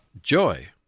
joy